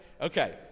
Okay